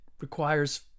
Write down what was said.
requires